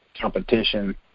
competition